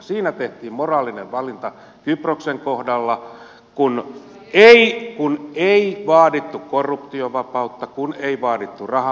siinä tehtiin moraalinen valinta kyproksen kohdalla kun ei vaadittu korruptiovapautta kun ei vaadittu rahanpesuselvityksiä